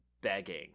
begging